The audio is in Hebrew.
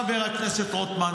חבר הכנסת רוטמן,